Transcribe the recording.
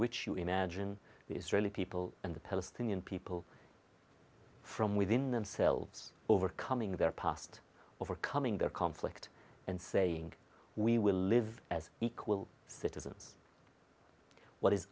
which you imagine the israeli people and the palestinian people from within themselves overcoming their past overcoming their conflict and saying we will live as equal citizens what is